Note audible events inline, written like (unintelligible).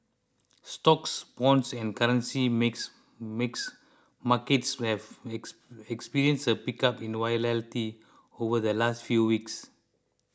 stocks bonds and currency makes makes markets have (unintelligible) experienced a pickup in volatility over the last few weeks